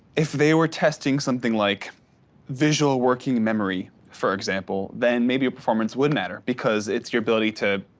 if they were testing something like visual working memory, for example, then maybe your performance wouldn't matter. because it's your ability to,